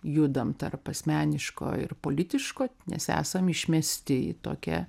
judam tarp asmeniško ir politiško nes esam išmesti į tokią